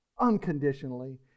Unconditionally